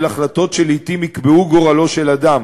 החלטות שלעתים יקבעו את גורלו של אדם